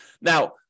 Now